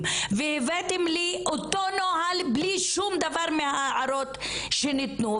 והבאתם לי אותו נוהל בלי שום דבר מההערות שניתנו,